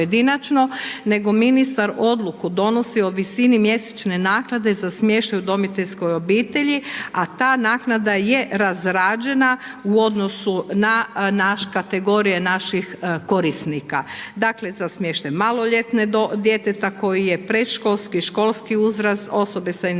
nego ministar odluku donosi o visini mjesečne naknade za smještaj u udomiteljskoj obitelji, a ta naknada je razrađena u odnosu na naš kategorije naših korisnika, dakle za smještaj maloljetnog djeteta koji je predškolski, školski uzrast, osobe sa invaliditetom